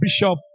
bishop